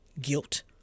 guilt